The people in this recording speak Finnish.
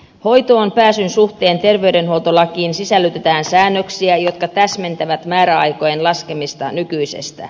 hoitoonpääsyn suhteen terveydenhuoltolakiin sisällytetään säännöksiä jotka täsmentävät määräaikojen laskemista nykyisestä